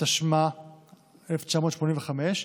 התשמ"ה 1985,